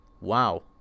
Wow